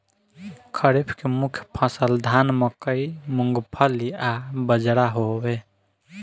खरीफ के मुख्य फसल धान मकई मूंगफली आ बजरा हवे